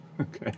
Okay